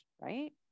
right